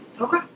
Okay